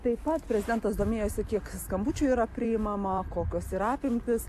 taip pat prezidentas domėjosi kiek skambučių yra priimama kokios yra apimtys